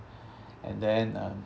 and then um